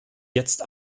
jetzt